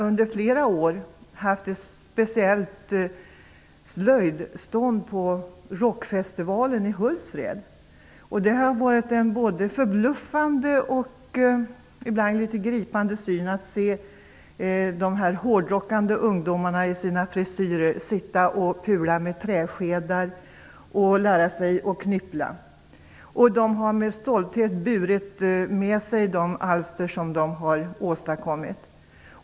Under flera år har vi haft ett speciellt slöjdstånd på Rockfestivalen i Hultsfred. Det har varit både förbluffande och ibland litet gripande att se de hårdrockande ungdomarna med sina frisyrer sitta och pula med träskedar och lära sig att knyppla. De har med stolthet burit med sig de alster som de har åstadkommit.